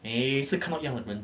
每次看到一样的人